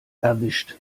erwischt